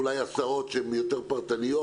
אולי הסעות שהן יותר פרטניות,